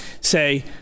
say